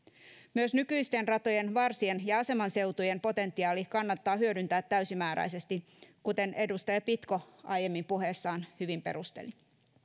myös nykyisten ratojen varsien ja aseman seutujen potentiaali kannattaa hyödyntää täysimääräisesti kuten edustaja pitko aiemmin puheessaan hyvin perusteli